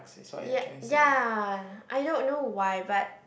y~ ya I don't know why but